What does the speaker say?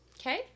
Okay